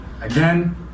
Again